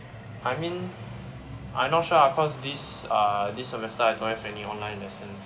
I mean I not sure lah cause this uh this semester I don't have any online lesson